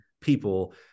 people